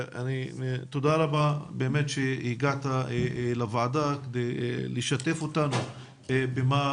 תודה רבה באמת שהגעת לוועדה כדי לשתף אותנו במה